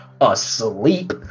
asleep